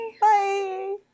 Bye